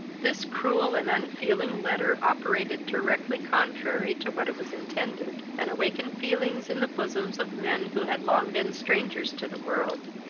this cruel and unfeeling letter operated directly contrary to what it was intended, and awakened feelings in the bosoms of men who had long been strangers to the world,